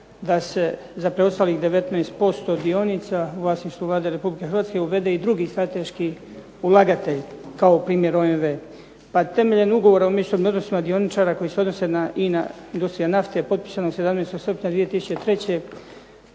da se za preostalih 19% dionica u vlasništvu Vlada Republike Hrvatske uvede i drugi strateški ulagatelj kao npr. OMV. Pa temeljem ugovora u međusobnim odnosima dioničara koji se odnosi na INA industrija nafte potpisano 17. srpnja 2003.